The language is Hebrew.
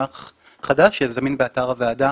חדש שזמין באתר הוועדה